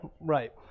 right